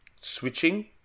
Switching